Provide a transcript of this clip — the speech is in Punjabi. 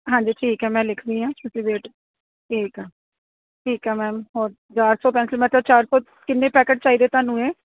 ਹਾਂਜੀ ਠੀਕ ਹੈ ਮੈਂ ਲਿਖਦੀ ਹੈਂ ਤੁਸੀਂ ਵੇਟ ਠੀਕ ਆ ਠੀਕ ਹੈ ਮੈਮ ਹੋਰ ਚਾਰ ਸੌ ਪੈਨਸਲ ਮਤਲਬ ਚਾਰ ਸੌ ਕਿੰਨੇ ਪੈਕਟ ਚਾਹੀਦੇ ਤੁਹਾਨੂੰ ਇਹ